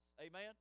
Amen